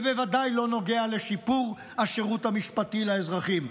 ובוודאי לא נוגע לשיפור השירות המשפטי לאזרחים.